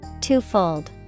twofold